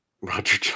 Roger